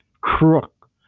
crook